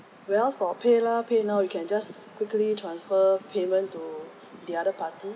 whereas for PayLah PayNow you can just quickly transfer payment to the other party